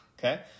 Okay